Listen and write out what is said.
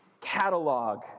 catalog